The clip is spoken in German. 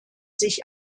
sich